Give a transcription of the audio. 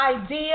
idea